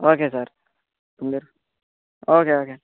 okay sir మీరు okay okay